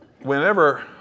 Whenever